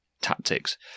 tactics